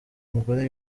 mugore